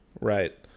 Right